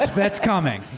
but that's coming,